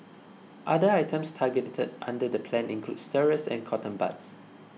other items targeted under the plan include stirrers and cotton buds